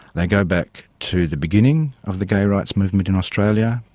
they go back to the beginning of the gay rights movement in australia,